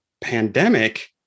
pandemic